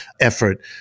effort